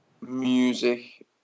music